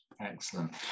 excellent